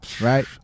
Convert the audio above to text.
right